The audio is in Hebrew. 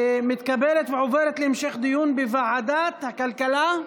ההצעה מתקבלת ועוברת להמשך דיון בוועדת הכלכלה?